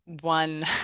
One